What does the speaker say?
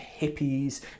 hippies